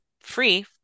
free